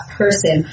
person